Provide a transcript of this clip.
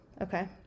Okay